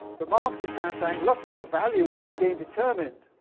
but marx is kind of saying look, there is a value which is being determined